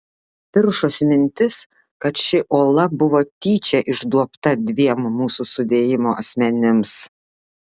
piršosi mintis kad ši ola buvo tyčia išduobta dviem mūsų sudėjimo asmenims